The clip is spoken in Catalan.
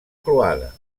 croada